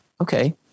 Okay